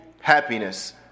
happiness